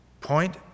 Point